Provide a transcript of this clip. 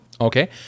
Okay